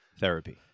Therapy